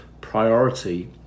priority